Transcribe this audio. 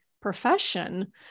profession